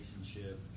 relationship